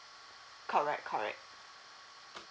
correct correct